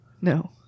No